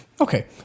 Okay